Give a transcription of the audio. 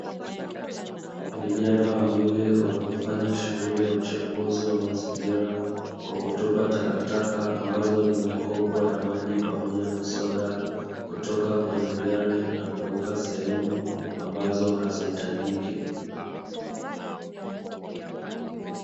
Vijana wawili wanaofanya shughuli ya uchafuzi wa mazingira, kwa kutupa takataka ambazo ni makopo ya maji pamoja na soda kutoka kwenye gari na kuweka sehemu ambazo haziitajiki.